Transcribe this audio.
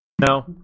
no